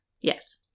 Yes